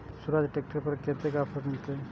Swaraj tractor पर कतेक offer मिलते?